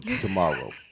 tomorrow